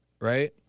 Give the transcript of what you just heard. right